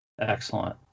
Excellent